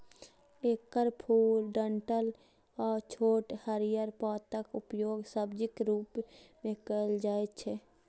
एकर फूल, डंठल आ छोट हरियर पातक उपयोग सब्जीक रूप मे कैल जाइ छै